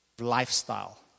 lifestyle